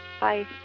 Bye